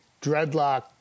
dreadlock